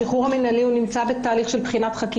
השחרור המינהלי נמצא בתהליך של בחינת חקיקה.